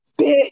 Bitch